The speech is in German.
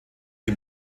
die